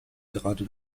gerade